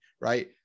right